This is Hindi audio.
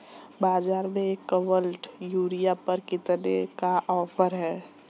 बाज़ार में एक किवंटल यूरिया पर कितने का ऑफ़र है?